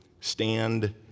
stand